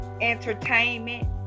entertainment